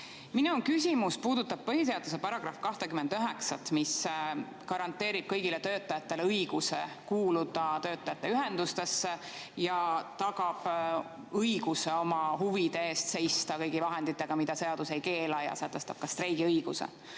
Minu küsimus puudutab põhiseaduse § 29, mis garanteerib kõigile töötajatele õiguse kuuluda töötajate ühendustesse ja tagab õiguse oma huvide eest seista kõigi vahenditega, mida seadus ei keela, ning sätestab ka streigiõiguse.